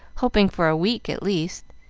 hoping for a week at least.